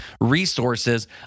resources